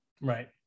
Right